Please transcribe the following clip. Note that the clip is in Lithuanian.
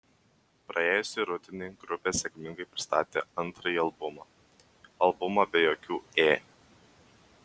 praėjusį rudenį grupė sėkmingai pristatė antrąjį albumą albumą be jokių ė